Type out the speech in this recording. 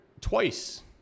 twice